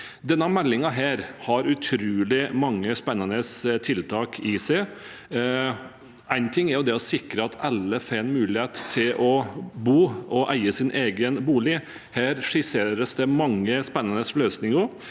Denne meldingen har utrolig mange spennende tiltak i seg. Én ting er å sikre at alle får en mulighet til å bo og eie sin egen bolig. Her skisseres det mange spennende løsninger,